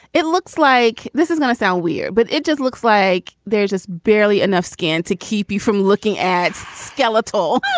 it looks like this is gonna sound weird, but it just looks like there's just barely enough skin to keep you from looking at skeletal